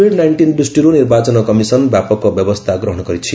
Covid nineteen ଦୃଷ୍ଟିରୁ ନିର୍ବାଚନ commission ବ୍ୟାପକ ବ୍ୟବସ୍ଥା ଗ୍ରହଣ କରିଛି